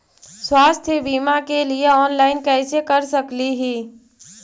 स्वास्थ्य बीमा के लिए ऑनलाइन कैसे कर सकली ही?